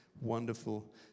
wonderful